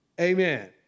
Amen